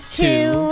two